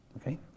okay